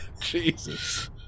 Jesus